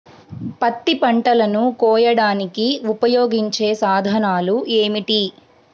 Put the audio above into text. పత్తి పంటలను కోయడానికి ఉపయోగించే సాధనాలు ఏమిటీ?